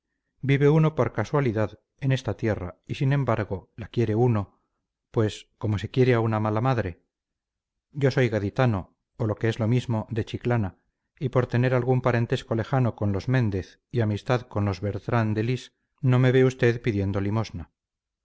vive uno por casualidad en esta tierra y sin embargo la quiere uno pues como se quiere a una mala madre yo soy gaditano o lo que es lo mismo de chiclana y por tener algún parentesco lejano con los méndez y amistad con los bertrán de lis no me ve usted pidiendo limosna